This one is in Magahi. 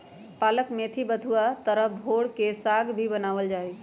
पालक मेथी बथुआ के तरह भोर के साग भी बनावल जाहई